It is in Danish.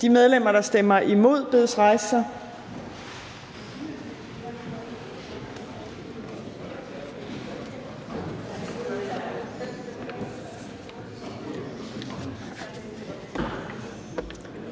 De medlemmer, der stemmer imod, bedes rejse